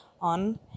on